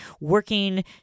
working